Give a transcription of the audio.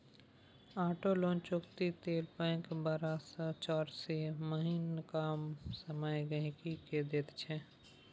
auto loan चुकती लेल bank बारह सँ चौरासी महीनाक समय गांहिकी केँ दैत छै